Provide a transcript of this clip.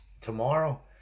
tomorrow